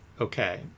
Okay